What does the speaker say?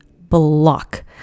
block